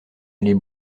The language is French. aller